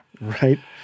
Right